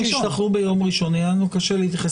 השאלה אם זה ייעשה